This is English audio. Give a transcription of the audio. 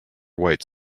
white